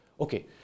Okay